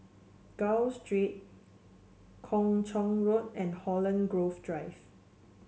Gul Street Kung Chong Road and Holland Grove Drive